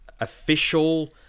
official